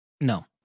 No